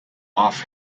off